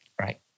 right